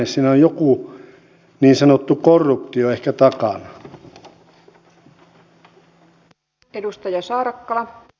siinä on joku niin sanottu korruptio ehkä takana